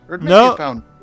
No